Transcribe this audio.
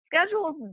Schedules